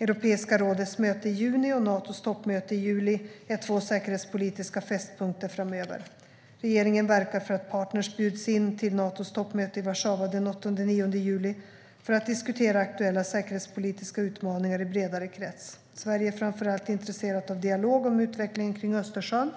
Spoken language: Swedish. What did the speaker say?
Europeiska rådets möte i juni och Natos toppmöte i juli är två säkerhetspolitiska fästpunkter framöver. Regeringen verkar för att partner bjuds in till Natos toppmöte i Warszawa den 8-9 juli, för att diskutera aktuella säkerhetspolitiska utmaningar i bredare krets. Sverige är framför allt intresserat av dialog om utvecklingen kring Östersjön,